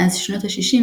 מאז שנות ה-60,